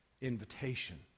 invitation